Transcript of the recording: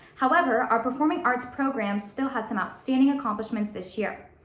however, our performing arts program still had some outstanding accomplishments this year.